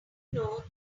know